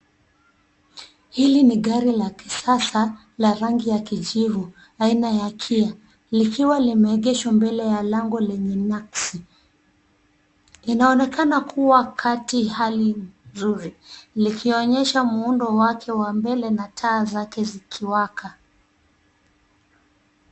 Hili ni gari la kisasa la rangi ya kijivu aina ya KIA likiwa limegeshwa mbele ya lango lenye nakshi. Inaonekana kua kati hali nzuri likionyesha muundo wake wa mbele na taa zake zikiwaka.